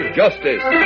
justice